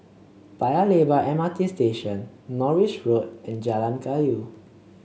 Paya Lebar M R T Station Norris Road and Jalan Kayu